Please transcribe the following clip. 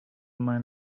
man